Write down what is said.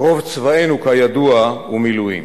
"רוב צבאנו כידוע הוא מילואים,